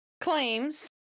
claims